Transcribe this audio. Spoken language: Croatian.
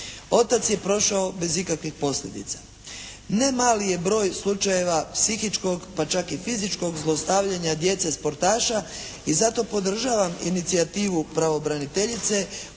Otac je prošao bez ikakvih posljedica. Ne mali je broj slučajeva psihičkog pa čak i fizičkog zlostavljanja djece sportaša. I zato podržavam inicijativu pravobraniteljice